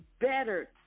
better